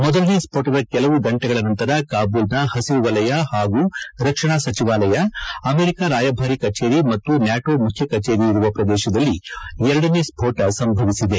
ಮೊದಲನೇ ಸ್ಪೋಣದ ಕೆಲವು ಗಂಟೆಗಳ ನಂತರ ಕಾಬೂಲ್ನ ಹಸಿರುವಲಯ ಹಾಗೂ ರಕ್ಷಣಾ ಸಚಿವಾಲಯ ಅಮೆರಿಕ ರಾಯಭಾರಿ ಕಚೇರಿ ಮತ್ತು ನ್ಯಾಟೋ ಮುಖ್ಯ ಕಚೇರಿ ಇರುವ ಪ್ರದೇಶದಲ್ಲಿ ಎರಡನೇ ಸ್ವೋಟ ಸಂಭವಿಸಿದೆ